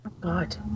God